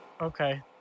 Okay